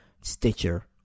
Stitcher